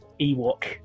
Ewok